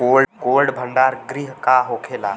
Cold भण्डार गृह का होखेला?